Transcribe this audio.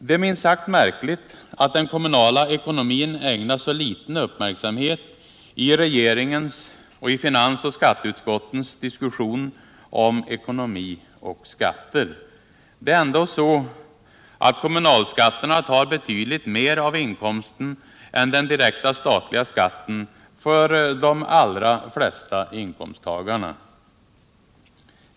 Det är minst sagt märkligt att den kommunala ekonomin ägnas så liten uppmärksamhet i regeringens och i finans och skatteutskottens diskussion om ckonomi och skatter. Det är ändå så att kommunalskatterna tar betydligt mer av inkomsten än den direkta statliga skatten för de allra flesta inkomsttagarna.